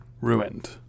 ruined